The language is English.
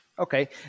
Okay